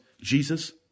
Jesus